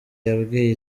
yabwiye